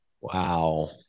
Wow